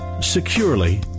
securely